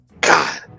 god